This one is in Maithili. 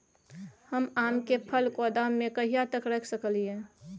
हम आम के फल गोदाम में कहिया तक रख सकलियै?